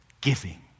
giving